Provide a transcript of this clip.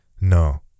no